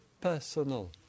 personal